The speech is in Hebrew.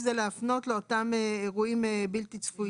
זה להפנות לאותם אירועים בלתי צפויים.